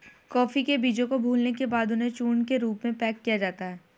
coffee के बीजों को भूलने के बाद उन्हें चूर्ण के रूप में पैक किया जाता है